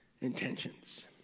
intentions